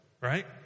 right